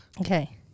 Okay